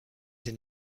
den